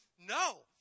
No